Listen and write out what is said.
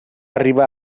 arribar